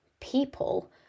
people